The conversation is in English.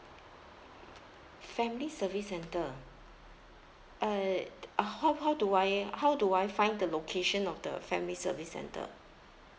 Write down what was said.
family service centre uh uh how how do I how do I find the location of the family service centre